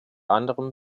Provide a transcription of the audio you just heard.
anderem